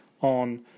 on